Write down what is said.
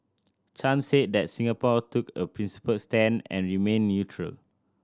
Chan said that Singapore took a principled stand and remained neutral